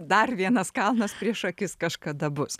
dar vienas kalnas prieš akis kažkada bus